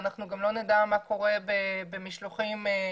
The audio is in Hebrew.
ואנחנו גם לא נדע מה קורה במשלוחים אחרים.